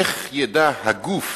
איך ידע הגוף